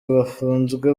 bafunzwe